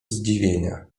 zdziwienia